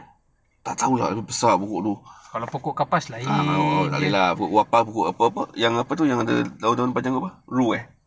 kalau pokok kapas lain